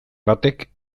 batek